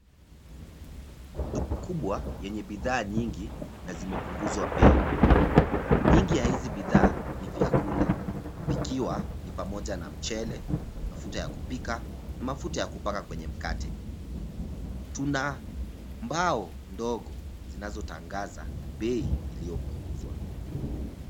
Duka kubwa yenye bidhaa nyingi na zimepunguzwa bei, Nyingi ya hizi bidhaa ni vyakula, vikiwa ni pamoja na: mchele, mafuta ya kupika na mafuta ya kupaka kwenye mkate. Tuna mbao ndogo zinazotangaza bei iliyopunguzwa.